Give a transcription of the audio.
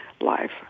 life